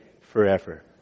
forever